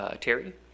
Terry